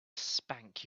spank